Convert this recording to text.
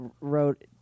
wrote